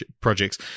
projects